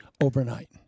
overnight